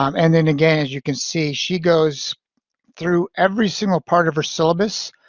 um and then again, as you can see, she goes through every single part of her syllabus,